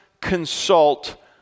consult